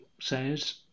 says